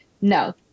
no